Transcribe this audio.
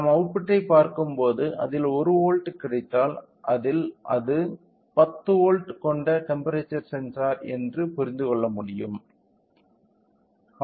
நாம் அவுட்புட்டைப் பார்க்கும்போது அதில் 1 வோல்ட் கிடைத்தால் அது 10 வோல்ட் கொண்ட டெம்ப்பெரேச்சர் சென்சார் என்று புரிந்து கொள்ள முடியும்